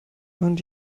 und